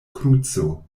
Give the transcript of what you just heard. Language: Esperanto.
kruco